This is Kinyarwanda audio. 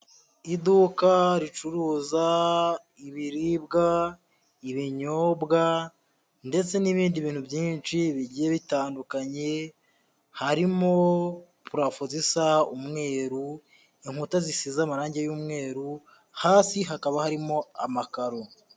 Iduka ricuruza ibiribwa, ibinyobwa ndetse n'ibindi bintu byinshi bigiye bitandukanye, harimo purafo zisa umweru, inkuta zisize amarange y'umweru, hasi hakaba harimo amakaro.